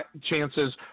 chances